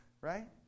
Right